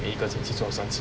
每一个星期做三次